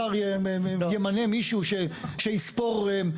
השר ימנה מישהו שיספור.